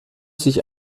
sich